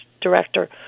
Director